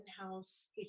in-house